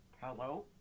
Hello